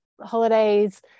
holidays